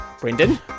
Brendan